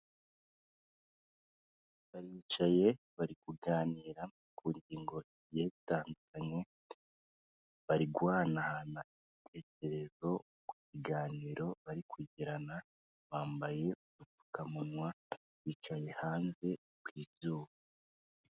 Baricaye bari kuganira kugingo zigiye zitandukanye bari guhana ibitekerezo ku biganiro bari kugirana bambaye upfukamunwa bicaye hanze ku izuba.